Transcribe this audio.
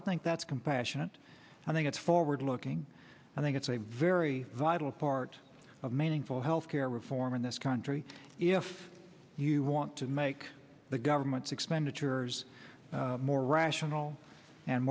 i think that's compassionate i think it's forward looking i think it's a very vital part of meaningful health care reform in this country if you want to make the government's expenditures more rational and